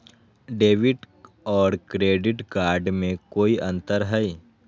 Debit और credit card में कई अंतर हई?